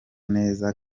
neza